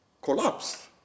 collapsed